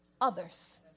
others